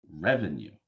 Revenue